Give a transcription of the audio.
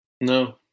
no